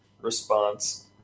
response